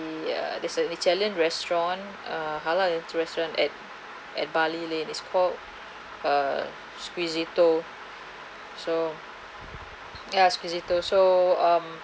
ya there's an italian restaurant uh halal italian restaurant at at bali lane is called uh Squisito so ya Squisito so um